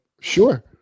Sure